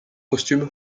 costume